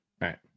right